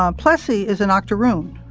um plessy is an octoroon.